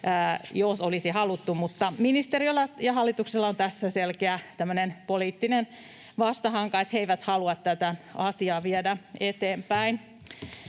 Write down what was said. jos olisi haluttu, mutta ministeriöllä ja hallituksella on tässä selkeä poliittinen vastahanka, että he eivät halua tätä asiaa viedä eteenpäin.